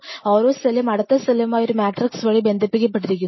ഓരോ സെല്ലും അടുത്ത സെല്ലുമായി ഒരു മാട്രിക്സ് വഴി ബന്ധിപ്പിക്കപെട്ടിരിക്കുന്നു